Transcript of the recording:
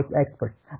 experts